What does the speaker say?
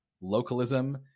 localism